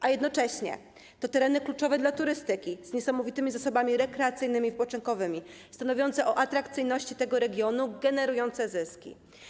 A jednocześnie to tereny kluczowe dla turystyki z niesamowitymi zasobami rekreacyjnymi i wypoczynkowymi, stanowiące o atrakcyjności tego regionu i generujące zyski.